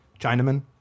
Chinaman